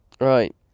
Right